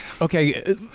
Okay